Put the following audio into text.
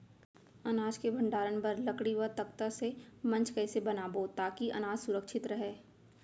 अनाज के भण्डारण बर लकड़ी व तख्ता से मंच कैसे बनाबो ताकि अनाज सुरक्षित रहे?